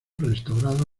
restaurado